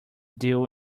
dew